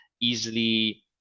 easily